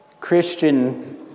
Christian